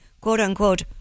quote-unquote